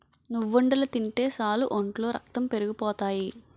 నువ్వుండలు తింటే సాలు ఒంట్లో రక్తం పెరిగిపోతాయి